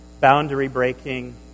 boundary-breaking